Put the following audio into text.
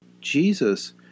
Jesus